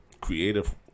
creative